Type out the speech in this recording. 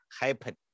happen